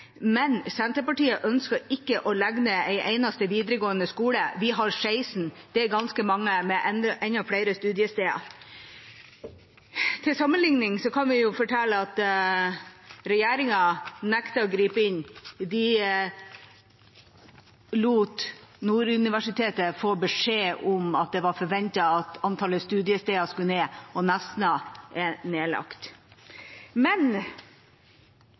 men Senterpartiet ønsker ikke å legge ned en eneste videregående skole. Vi har 16 – det er ganske mange, med enda flere studiesteder. Til sammenligning kan jeg fortelle at regjeringa nekter å gripe inn. Man lot Nord universitet få beskjed om at det var forventet at antallet studiesteder skulle ned, og Nesna er nedlagt. Men